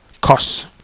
costs